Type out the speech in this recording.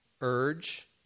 urge